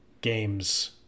games